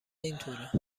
اینطوره